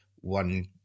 one